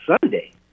Sunday